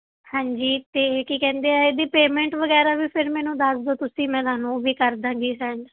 ਹਾਂਜੀ ਅਤੇ ਕੀ ਕਹਿੰਦੇ ਹੈ ਇਹਦੀ ਪੇਮੈਂਟ ਵਗੈਰਾ ਵੀ ਫੇਰ ਮੈਨੂੰ ਦੱਸ ਦਿਓ ਤੁਸੀਂ ਮੈਂ ਤੁਹਾਨੂੰ ਉਹ ਵੀ ਕਰ ਦਾਂਗੀ ਸੈਂਡ